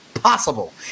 Possible